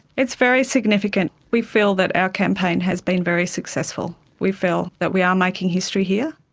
it's very significant. we feel that our campaign has been very successful. we feel that we are making history here.